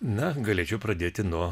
na galėčiau pradėti nuo